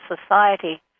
society